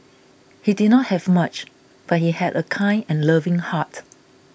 he did not have much but he had a kind and loving heart